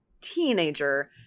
teenager